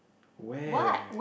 where